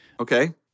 Okay